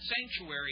sanctuary